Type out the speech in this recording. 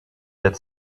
that